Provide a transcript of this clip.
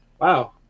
wow